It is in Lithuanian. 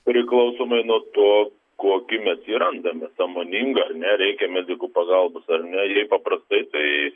priklausomai nuo to kokį mes jį randame sąmoningą ar ne reikia medikų pagalbos ar ne jei paprastai tai